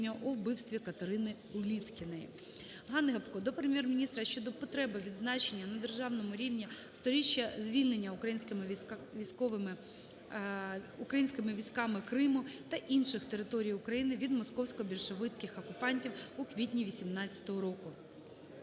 ГанниГопко до Прем'єр-міністра щодо потреби відзначення на державному рівні 100-річчя звільнення українськими військами Криму та інших територій України від московсько-більшовицьких окупантів у квітні 18-го року.